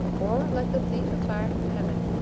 or, like the thief of fire from heaven,